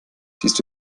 siehst